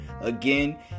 again